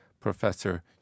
Professor